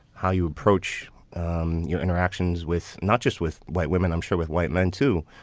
how you approach um your interactions with not just with white women, i'm sure with white men, too,